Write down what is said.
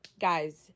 guys